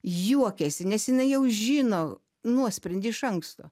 juokiasi nes jinai jau žino nuosprendį iš anksto